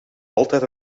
altijd